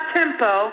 tempo